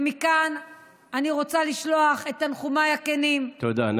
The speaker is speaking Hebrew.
ומכאן אני רוצה לשלוח את תנחומיי הכנים, תודה.